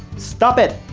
stop it!